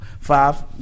Five